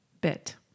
Bit